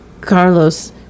Carlos